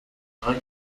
drei